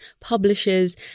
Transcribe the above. publishers